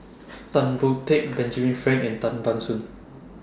Tan Boon Teik Benjamin Frank and Tan Ban Soon